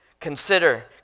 consider